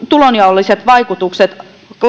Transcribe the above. tulonjaollisten vaikutusten